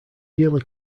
yearly